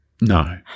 No